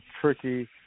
tricky